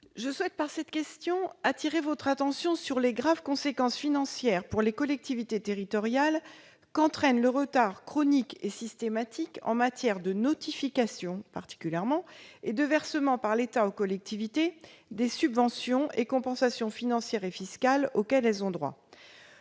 la secrétaire d'État, appeler votre attention sur les graves conséquences financières, pour les collectivités territoriales, qu'entraîne le retard chronique et systématique, en matière de notification, particulièrement, et de versement, par l'État, des subventions et des compensations financières et fiscales auxquelles elles ont droit.